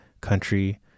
Country